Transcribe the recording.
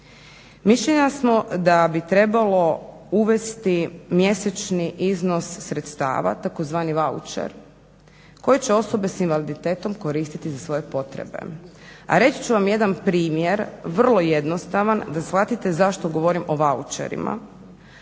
Mišljenja smo da bi trebalo uvesti mjesečni iznos sredstva tzv. vaučer koji će osobe s invaliditetom koristiti za svoje potrebe. A reći ću vam jedan primjer vrlo jednostavan da shvatite zašto govorim o vaučerima,